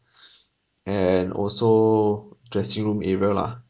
and also dressing room area lah